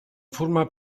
formar